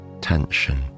tension